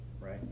right